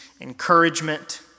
encouragement